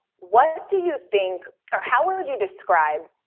what do you think, or how would would you describe,